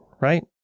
right